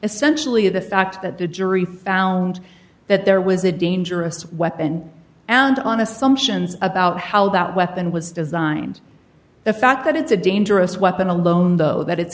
essentially the fact that the jury found that there was a dangerous weapon and on assumptions about how that weapon was designed the fact that it's a dangerous weapon alone though that it's